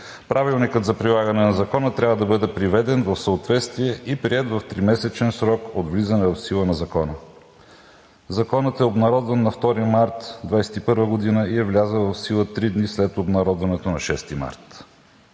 Правилникът за прилагане на закона трябва да бъде приведен в съответствие и приет в 3-месечен срок от влизане в сила на Закона. Законът е обнародван на 2 март 2021 г. и е влязъл в сила три дни след обнародването на 6 март.